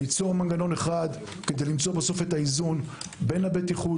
ליצור מנגנון אחד כדי למצוא איזון בין הבטיחות,